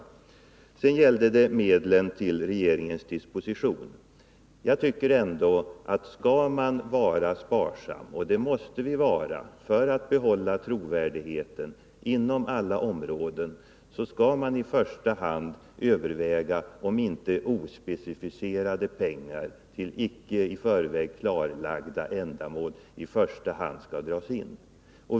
Vad vidare gäller de medel som står till regeringens disposition tycker jag ändå att man, om man skall vara sparsam — och det måste man vara för att behålla trovärdigheten inom alla områden — skall överväga om inte ospecificerade pengar, till icke i förväg klarlagda ändamål, är de som i första hand skall dras in.